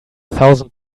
thousand